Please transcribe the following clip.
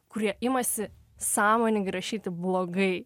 kurie imasi sąmoningai rašyti blogai